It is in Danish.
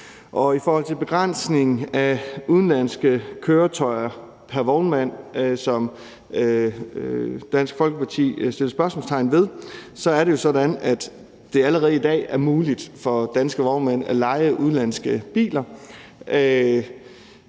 I forhold til begrænsning af udenlandske køretøjer pr. vognmand, som Dansk Folkeparti satte spørgsmålstegn ved, så er det jo sådan, at det allerede i dag er muligt for danske vognmænd at leje udenlandske biler.